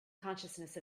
consciousness